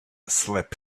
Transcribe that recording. slept